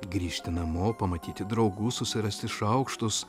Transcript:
grįžti namo pamatyti draugų susirasti šaukštus